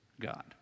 God